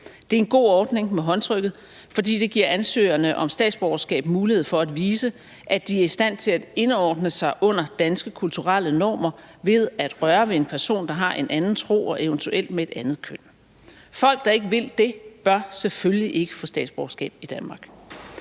Det er en god ordning med håndtrykket, fordi det giver ansøgerne om statsborgerskab mulighed for at vise, at de er i stand til at indordne sig under danske kulturelle normer ved at røre ved en person, der har en anden tro og eventuelt et andet køn. Folk, der ikke vil det, bør selvfølgelig ikke få statsborgerskab i Danmark.